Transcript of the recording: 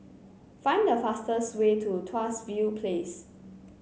find the fastest way to Tuas View Place